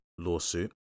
lawsuit